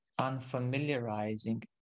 unfamiliarizing